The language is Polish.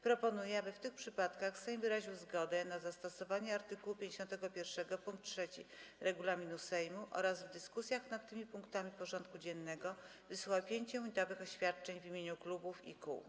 Proponuję, aby w tych przypadkach Sejm wyraził zgodę na zastosowanie art. 51 pkt 3 regulaminu Sejmu oraz w dyskusjach nad tymi punktami porządku dziennego wysłuchał 5-minutowych oświadczeń w imieniu klubów i kół.